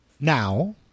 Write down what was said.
Now